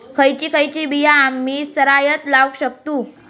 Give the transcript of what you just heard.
खयची खयची बिया आम्ही सरायत लावक शकतु?